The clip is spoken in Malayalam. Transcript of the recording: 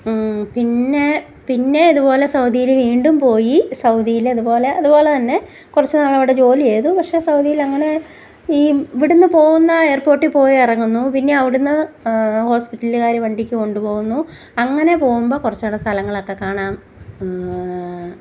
പിന്നെ പിന്നെയും ഇതുപോലെ സൗദിയിൽ വീണ്ടും പോയി സൗദിയിൽ ഇതുപോലെ ഇതുപോലെത്തന്നെ കുറച്ചുനാൾ അവിടെ ജോലി ചെയ്തു പക്ഷെ സൗദിയിൽ അങ്ങനെ ഈ ഇവിടുന്ന് പോവുന്ന എയർപോർട്ടിൽ പോയി ഇറങ്ങുന്നു പിന്നെ അവിടുന്ന് ഹോസ്പിറ്റലുകാർ വണ്ടിക്ക് കൊണ്ടുപോകുന്നു അങ്ങനെ പോകുമ്പം കുറച്ച് സ്ഥലങ്ങളൊക്കെ കാണാം